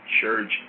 Church